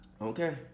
Okay